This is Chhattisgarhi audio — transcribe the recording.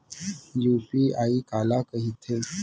यू.पी.आई काला कहिथे?